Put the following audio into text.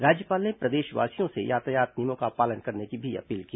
राज्यपाल ने प्रदेशवासियों से यातायात नियमों का पालन करने की भी अपील की